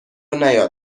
نیاد